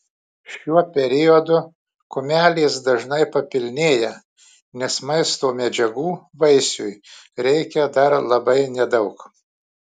šiuo periodu kumelės dažnai papilnėja nes maisto medžiagų vaisiui reikia dar labai nedaug